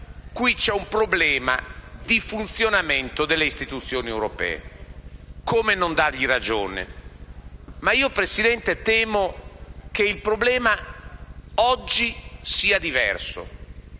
ciò pone un problema di funzionamento delle istituzioni europee. Come non dargli ragione. Ma io temo che il problema oggi sia diverso: